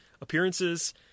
appearances